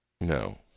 No